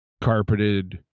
carpeted